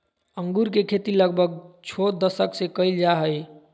अंगूर के खेती लगभग छो दशक से कइल जा हइ